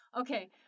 okay